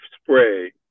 spray